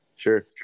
Sure